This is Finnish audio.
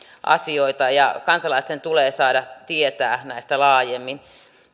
asioita ja kansalaisten tulee saada tietää näistä laajemmin